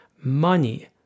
Money